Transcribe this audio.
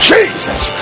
Jesus